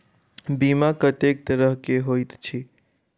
बीमा कत्तेक तरह कऽ होइत छी?